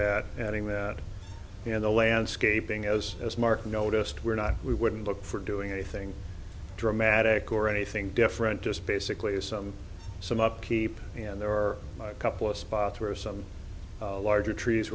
that adding that in the landscaping as as mark noticed we're not we wouldn't look for doing anything dramatic or anything different just basically as some some upkeep and there are a couple of spots where some larger trees